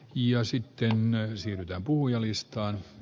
ja sitten myönsi että puhujalistaan